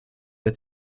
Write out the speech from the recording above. der